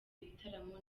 ibitaramo